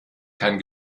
kein